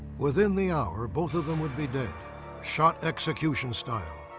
within the hour, both of them would be dead shot execution style,